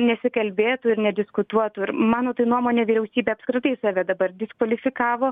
nesikalbėtų ir nediskutuotų ir mano tai nuomone vyriausybė apskritai save dabar diskvalifikavo